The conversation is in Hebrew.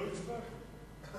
לא הצבעתי.